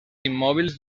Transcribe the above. immòbils